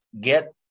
get